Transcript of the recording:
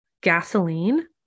gasoline